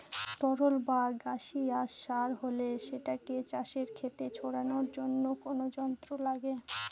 তরল বা গাসিয়াস সার হলে সেটাকে চাষের খেতে ছড়ানোর জন্য কোনো যন্ত্র লাগে